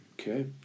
Okay